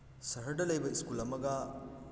ꯁꯍꯔꯗ ꯂꯩꯕ ꯏꯁꯀꯨꯜ ꯑꯃꯒ